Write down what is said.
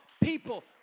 people